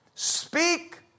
Speak